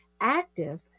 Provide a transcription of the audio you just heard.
active